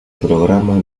programa